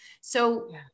So-